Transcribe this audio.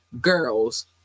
girls